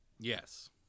Yes